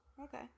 okay